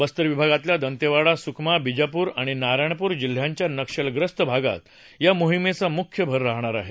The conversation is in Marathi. बस्तर विभागातल्या दंतेवाडा सुकमा बिजापूर आणि नारायणपूर जिल्ह्यांच्या नक्षलग्रस्त भागात या मोहिमेचा मुख्य भर राहणार आहे